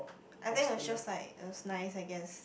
I think it was just like it was nice I guess